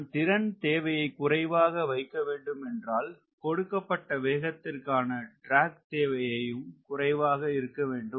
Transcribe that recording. நான் திறன் தேவையை குறைவாக வைக்க வேண்டும் என்றால் கொடுக்கப்பட்ட வேகத்திற்கான ட்ராக் தேவையும் குறைவாக இருக்க வேண்டும்